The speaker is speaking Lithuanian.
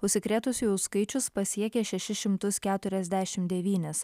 užsikrėtusiųjų skaičius pasiekė šešis šimtus keturiasdešimt devynis